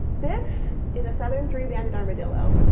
this is a southern three-banded armadillo.